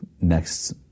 next